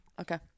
Okay